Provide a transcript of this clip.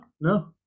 no